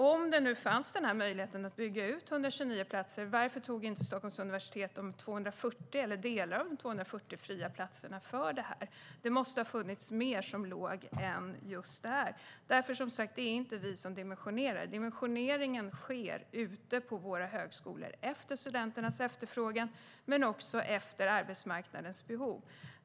Om det nu fanns en möjlighet att bygga ut 129 platser, varför tog Stockholms universitet inte de 240 fria platserna eller delar av dessa till detta? Det måste ha funnits mer som låg där än just det. Som sagt är det inte vi som dimensionerar, utan det sker ute på våra högskolor efter studenternas efterfrågan men också efter arbetsmarknadens behov.